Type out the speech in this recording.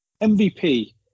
MVP